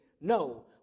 No